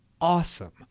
awesome